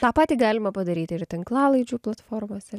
tą patį galima padaryt ir tinklalaidžių platformose